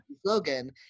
slogan